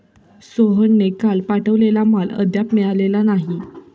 सोहनने काल पाठवलेला माल अद्याप मिळालेला नाही